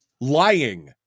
lying